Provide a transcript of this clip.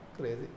crazy